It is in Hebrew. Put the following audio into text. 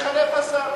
התחלף השר.